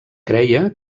creia